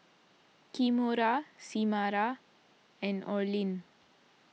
Kimora Samira and Orlin